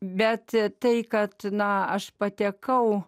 bet tai kad na aš patekau